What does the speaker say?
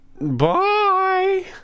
Bye